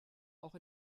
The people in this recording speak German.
auch